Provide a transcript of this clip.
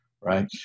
right